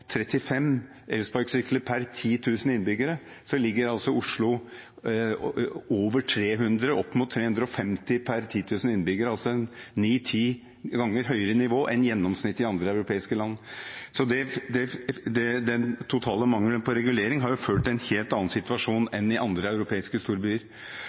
altså Oslo over 300 og opp mot 350 per 10 000 innbyggere, altså et ni–ti ganger høyere nivå enn gjennomsnittet i andre europeiske land. Den totale mangelen på regulering har ført til en helt annen situasjon her enn i andre europeiske storbyer.